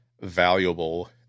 valuable